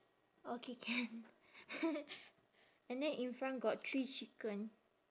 okay can and then in front got three chicken